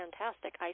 fantastic